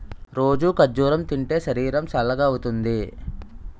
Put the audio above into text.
రోజూ ఖర్జూరం తింటే శరీరం సల్గవుతుంది